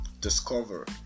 Discover